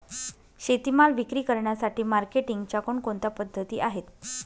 शेतीमाल विक्री करण्यासाठी मार्केटिंगच्या कोणकोणत्या पद्धती आहेत?